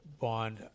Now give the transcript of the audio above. bond